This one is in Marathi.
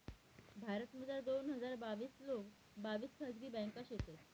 भारतमझार दोन हजार बाविस लोंग बाविस खाजगी ब्यांका शेतंस